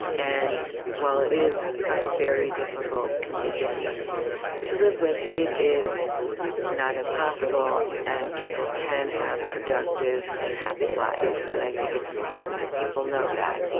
and while it is a very difficult condition to live with, it is not impossible and people can have productive and happy lives. and i think it's important that people know that.